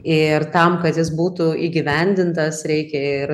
ir tam kad jis būtų įgyvendintas reikia ir